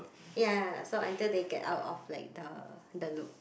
ya so until they get out of like the the loop